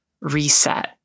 reset